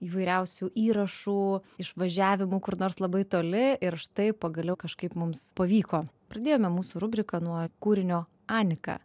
įvairiausių įrašų išvažiavimų kur nors labai toli ir štai pagaliau kažkaip mums pavyko pradėjome mūsų rubriką nuo kūrinio anika